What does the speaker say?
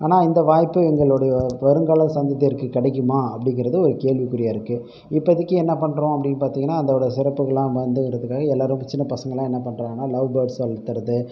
ஆனால் இந்த வாய்ப்பு எங்களுடைய வருங்கால சந்ததியர்க்கு கிடைக்குமா அப்படிங்கறது ஒரு கேள்விக்குறியாக இருக்குது இப்போதிக்கி என்ன பண்ணுறோம் அப்படின்னு பார்த்திங்கனா அதோடய சிறப்புகளெலாம் பகுந்துக்கிறதுக்காக எல்லோரும் இப்போ சின்ன பசங்களாம் என்ன பண்ணுறாங்கன்னா லவ் பேர்ட்ஸ் வளர்த்துறது